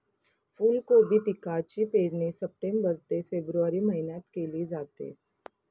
फुलकोबी पिकाची पेरणी सप्टेंबर ते फेब्रुवारी महिन्यात केली जाते